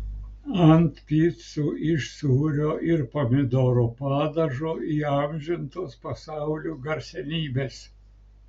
ant picų iš sūrio ir pomidorų padažo įamžintos pasaulio garsenybės